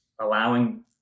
allowing